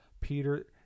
Peter